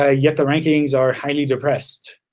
ah yet the rankings are highly depressed.